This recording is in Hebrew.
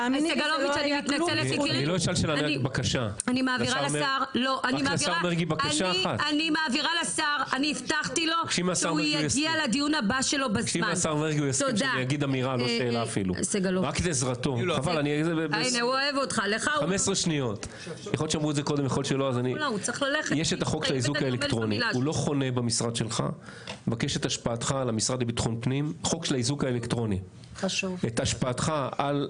הישיבה ננעלה בשעה 13:09.